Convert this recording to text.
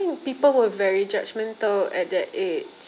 people were very judgemental at that age